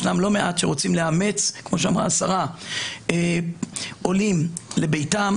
יש לא מעט שרוצים לאמץ עולים לביתם,